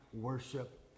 Worship